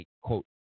quote